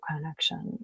connection